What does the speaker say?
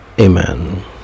amen